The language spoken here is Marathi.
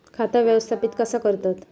खाता व्यवस्थापित कसा करतत?